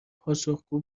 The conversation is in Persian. پاسخگو